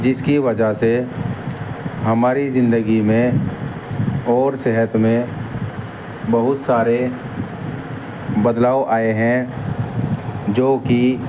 جس کی وجہ سے ہماری زندگی میں اور صحت میں بہت سارے بدلاؤ آئے ہیں جو کہ